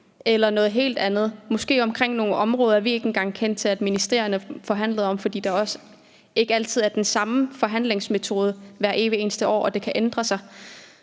eller noget helt andet og måske forhandler om nogle områder, vi ikke engang kendte til at ministerierne forhandlede om – også fordi det ikke altid er den samme forhandlingsmetode, der benyttes fra år til år, og fordi det kan ændre sig